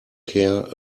care